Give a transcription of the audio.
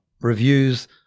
reviews